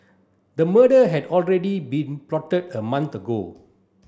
the murder had already been plotted a month ago